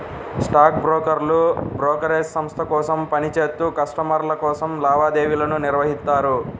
stock బ్రోకర్లు brokerage సంస్థ కోసం పని చేత్తూ కస్టమర్ల కోసం లావాదేవీలను నిర్వహిత్తారు